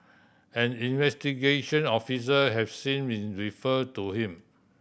an investigation officer has since been referred to him